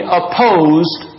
opposed